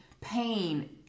pain